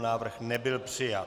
Návrh nebyl přijat.